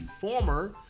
former